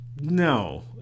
no